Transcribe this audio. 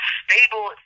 stable